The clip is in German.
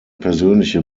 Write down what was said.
persönliche